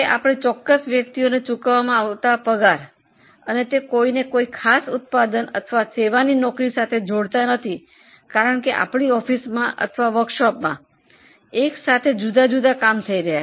આપણાને એક વ્યક્તિના પગારની ખાતરી નથી કારણ કે ઓફિસમાં અથવા વર્કશોપમાં એક સાથે જુદા જુદા કામ થઈ રહ્યા છે